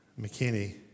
McKinney